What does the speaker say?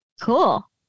Cool